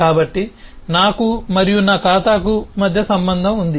కాబట్టి నాకు మరియు నా ఖాతాకు మధ్య సంబంధం ఉంది